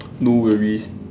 no worries